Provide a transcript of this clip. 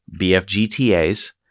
BFGTAs